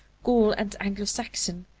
gaul and anglo-saxon,